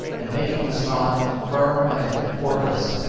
and making this thought firm like a fortress,